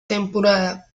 temporada